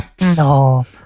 no